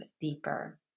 deeper